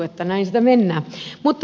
että näin sitä mennään